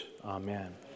Amen